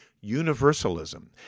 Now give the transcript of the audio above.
universalism